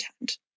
intend